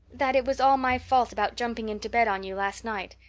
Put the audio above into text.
that it was all my fault about jumping into bed on you last night.